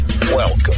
Welcome